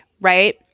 right